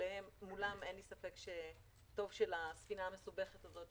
מולם אין ספק שטוב שלספינה המסובכת הזאת,